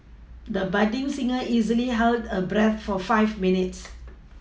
the budding singer easily held her breath for five minutes